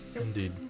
Indeed